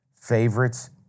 Favorites